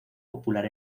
popular